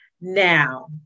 now